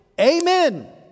Amen